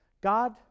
God